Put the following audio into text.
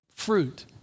fruit